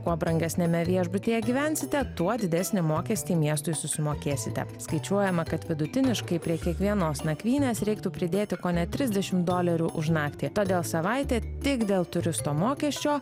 kuo brangesniame viešbutyje gyvensite tuo didesnį mokestį miestui susimokėsite skaičiuojama kad vidutiniškai prie kiekvienos nakvynės reiktų pridėti kone trisdešimt dolerių už naktį todėl savaitė tik dėl turisto mokesčio